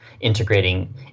integrating